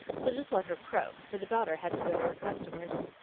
so just let her croak, for the daughter had to go to her customers.